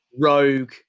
rogue